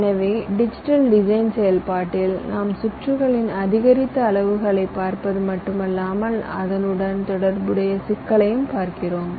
எனவே digital design செயல்பாட்டில் நாம் சுற்றுகளின் அதிகரித்த அளவுகளைப் பார்ப்பது மட்டுமல்லாமல் அதனுடன் தொடர்புடைய சிக்கலையும் பார்க்கிறோம்